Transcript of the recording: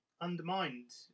undermined